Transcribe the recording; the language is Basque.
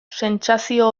sentsazio